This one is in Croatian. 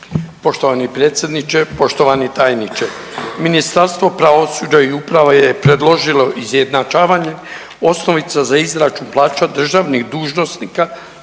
Poštovani predsjedniče, poštovani tajniče. Ministarstvo pravosuđa i uprave je predložilo izjednačavanje osnovice za izračun plaća državnih dužnosnika,